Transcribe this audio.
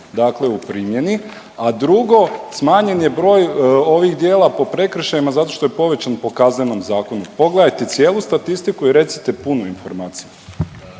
dakle u primjeni, a drugo, smanjen je broj ovih djela po prekršajima zato što je povećan po Kaznenom zakonu, pogledajte cijelu statistiku i recite punu informaciju.